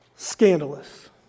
Scandalous